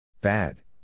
Bad